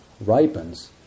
ripens